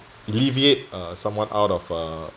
alleviate uh someone out of uh